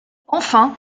enfin